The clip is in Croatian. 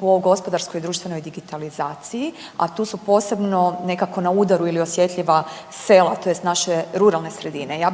po gospodarskoj društvenoj digitalizaciji, a tu su posebno nekako na udaru ili osjetljiva sela tj. naše ruralne sredine.